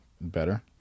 Better